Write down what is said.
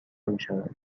میشوند